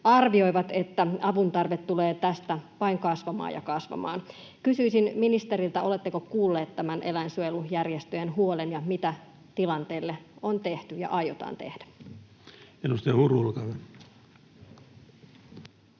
arvioivat, että avun tarve tulee tästä vain kasvamaan ja kasvamaan. Kysyisin ministeriltä: oletteko kuullut tämän eläinsuojelujärjestöjen huolen, ja mitä tilanteelle on tehty ja aiotaan tehdä? [Speech 62] Speaker: